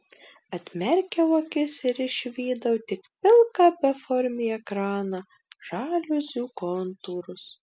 atmerkiau akis ir išvydau tik pilką beformį ekraną žaliuzių kontūrus